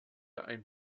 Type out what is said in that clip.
ein